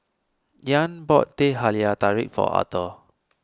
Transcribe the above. Ian bought Teh Halia Tarik for Arthor